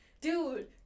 Dude